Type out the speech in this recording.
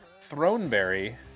Throneberry